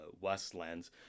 Westlands